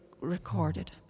recorded